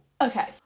Okay